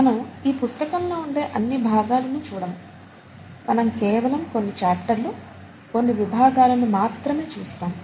మనం ఈ పుస్తకంలో ఉండే అన్ని భాగాలను చూడము మనం కేవలం కొన్ని చాఫ్టర్లు కొన్ని విభాగాలను మాత్రమే మాత్రమే చూస్తాము